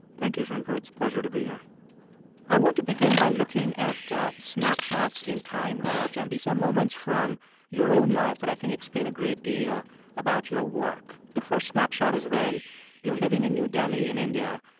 thank you, shankar. it's a pleasure to be here i want to begin by looking at snapshots in time, raj. and these are moments from your own life that i think explain a great deal about your work. the first snapshot is when you're living in new delhi in india,